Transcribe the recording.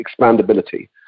expandability